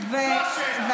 שאלו אותי, זה מוקלט.